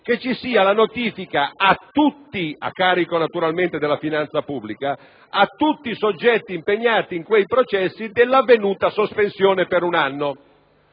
vi sia la notifica, naturalmente a carico della finanza pubblica, a tutti i soggetti impegnati in quei processi dell'avvenuta sospensione per un anno: